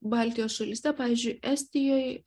baltijos šalyse pavyzdžiui estijoj